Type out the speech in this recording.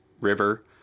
River